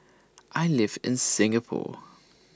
I live in Singapore